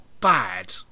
bad